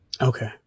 Okay